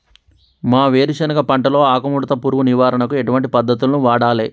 మా వేరుశెనగ పంటలో ఆకుముడత పురుగు నివారణకు ఎటువంటి పద్దతులను వాడాలే?